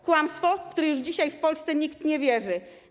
Kłamstwo, w które już dzisiaj w Polsce nikt nie wierzy.